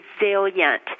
resilient